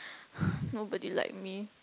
nobody like me